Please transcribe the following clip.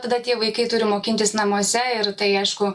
tada tie vaikai turi mokintis namuose ir tai aišku